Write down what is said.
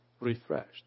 refreshed